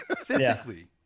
Physically